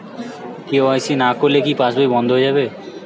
KYC না করলে কি পাশবই বন্ধ হয়ে যাবে?